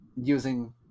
using